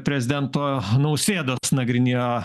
prezidento nausėdos nagrinėjo